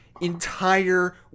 entire